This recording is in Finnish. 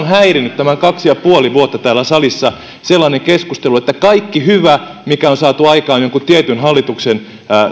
häirinnyt tämän kaksi ja puoli vuotta täällä salissa sellainen keskustelu että kaikki hyvä mikä on saatu aikaan on jonkun tietyn hallituksen